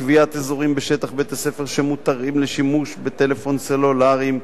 קביעת אזורים בשטח בית-הספר שמותרים לשימוש בטלפון סלולרי,